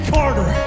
Carter